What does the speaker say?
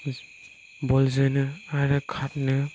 बल जोनो आरो खारनो